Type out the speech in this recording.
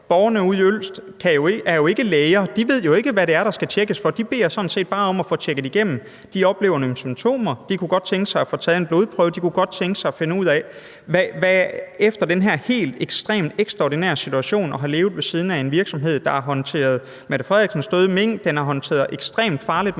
Borgerne ude i Ølst er jo ikke læger; de ved jo ikke, hvad det er, der skal tjekkes for. De beder sådan set bare om at blive tjekket igennem. De oplever nogle symptomer. De kunne godt tænke sig at få taget en blodprøve. De kunne godt tænke sig at finde ud af, om den her helt ekstremt ekstraordinære situation og det, at de har levet ved siden af en virksomhed, der har håndteret statsministerens døde mink og ekstremt farligt